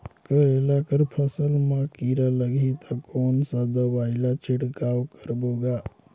करेला कर फसल मा कीरा लगही ता कौन सा दवाई ला छिड़काव करबो गा?